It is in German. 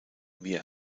wie